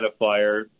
identifier